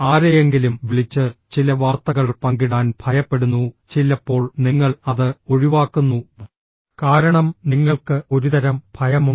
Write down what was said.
ആരെയെങ്കിലും വിളിച്ച് ചില വാർത്തകൾ പങ്കിടാൻ ഭയപ്പെടുന്നു ചിലപ്പോൾ നിങ്ങൾ അത് ഒഴിവാക്കുന്നു കാരണം നിങ്ങൾക്ക് ഒരുതരം ഭയമുണ്ട്